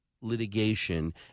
litigation